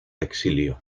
exilio